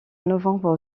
novembre